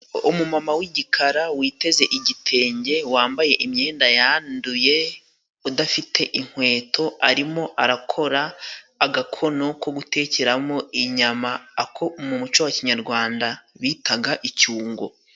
Umumama w'igikara witeze igitenge, wambaye imyenda yanduye, udafite inkweto ,arimo arakora agakono ko gutekeramo inyama ,ako mu muco wa kinyarwanda bitaga icyungo.